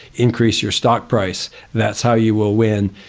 increase your stock price, that's how you will win.